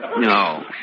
No